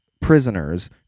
prisoners